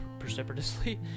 precipitously